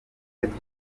dufite